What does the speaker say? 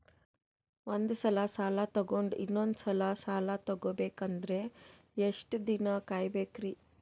ಒಂದ್ಸಲ ಸಾಲ ತಗೊಂಡು ಇನ್ನೊಂದ್ ಸಲ ಸಾಲ ತಗೊಬೇಕಂದ್ರೆ ಎಷ್ಟ್ ದಿನ ಕಾಯ್ಬೇಕ್ರಿ?